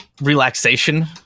relaxation